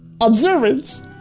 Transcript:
...observance